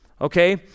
okay